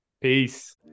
Peace